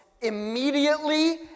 immediately